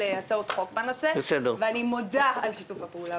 הצעות חוק בנושא ואני מודה על שיתוף הפעולה,